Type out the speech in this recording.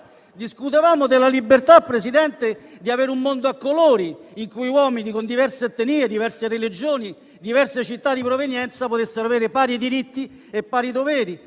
Discutevamo della libertà, Presidente, di avere un mondo a colori, in cui uomini di diverse etnie, religioni e città di provenienza, potessero avere pari diritti e pari doveri.